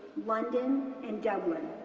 london, and dublin.